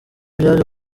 byaje